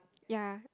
ya